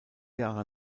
jahre